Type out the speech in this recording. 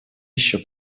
еще